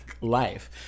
life